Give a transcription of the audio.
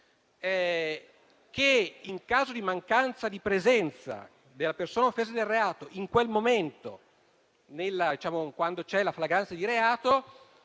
che, in caso non sia presente la persona offesa dal reato in quel momento, quando c'è la flagranza di reato,